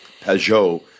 Pajot